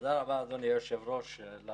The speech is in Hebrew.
תודה רבה, אדוני היושב-ראש, על